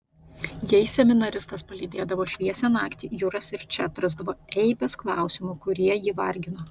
jei seminaristas palydėdavo šviesią naktį juras ir čia atrasdavo eibes klausimų kurie jį vargino